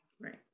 right